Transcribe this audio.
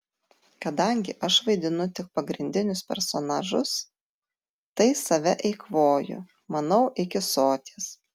kadangi aš vaidinu tik pagrindinius personažus tai save eikvoju manau iki soties